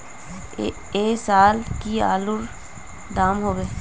ऐ साल की आलूर र दाम होबे?